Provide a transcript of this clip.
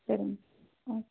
சரிங்க ம்